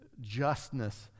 justness